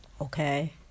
Okay